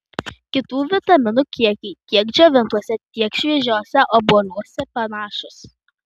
kitų vitaminų kiekiai tiek džiovintuose tiek šviežiuose obuoliuose panašūs